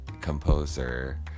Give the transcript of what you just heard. composer